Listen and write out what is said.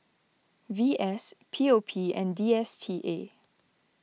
V S P O P and D S T A